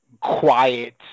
quiet